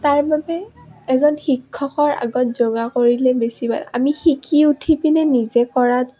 তাৰ বাবে এজন শিক্ষকৰ আগত যোগা কৰিলে বেছি ভাল আমি শিকি উঠি পিনে নিজে কৰাত